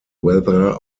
weather